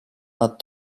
are